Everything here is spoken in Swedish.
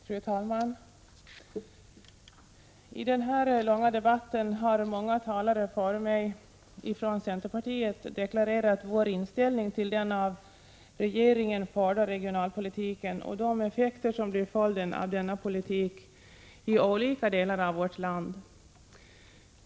Fru talman! I denna långa debatt har många talare före mig deklarerat centerpartiets inställning till den av regeringen förda regionalpolitiken och de effekter som blir följden av denna politik i olika delar av vårt land.